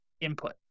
input